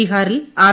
ബീഹാറിൽ ആർ